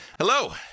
Hello